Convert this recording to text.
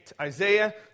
Isaiah